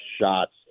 shots